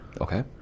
Okay